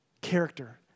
Character